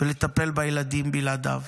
ולטפל בילדים בלעדיו,